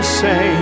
say